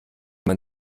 man